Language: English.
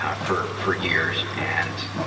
ah for, for years. and,